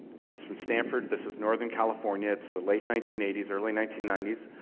she's from stanford, this is northern california, it's the late nineteen eighty s, early nineteen ninety s,